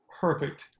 perfect